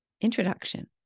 Introduction